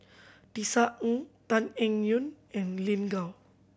Tisa Ng Tan Eng Yoon and Lin Gao